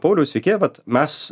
pauliau sveiki vat mes